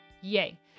yay